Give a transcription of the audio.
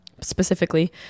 specifically